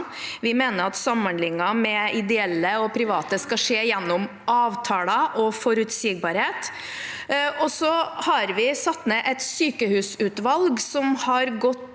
Vi mener at samhandlingen med ideelle og private skal skje gjennom avtaler og forutsigbarhet. Vi har også satt ned et sykehusutvalg som har gått